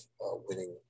winning